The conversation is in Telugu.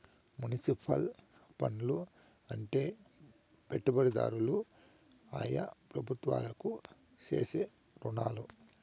మునిసిపల్ బాండ్లు అంటే పెట్టుబడిదారులు ఆయా ప్రభుత్వాలకు చేసే రుణాలు